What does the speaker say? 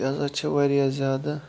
یہِ ہَسا چھِ واریاہ زیادٕ